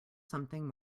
something